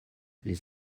les